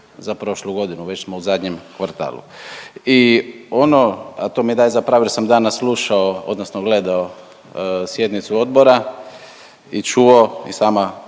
za prošlu godinu, već smo u zadnjem kvartalu. I ono, a to mi daje za pravo jer sam danas slušao, odnosno gledao sjednicu odbora i čuo i sama